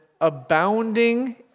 abounding